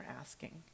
asking